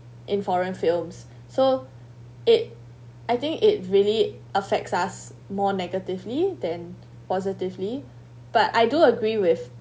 in foreign films so it I think it really affects us more negatively than positively but I do agree with